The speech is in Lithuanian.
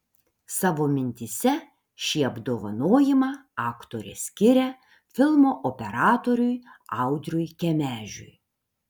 savo mintyse šį apdovanojimą aktorė skiria filmo operatoriui audriui kemežiui